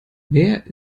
wer